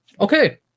Okay